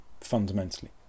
fundamentally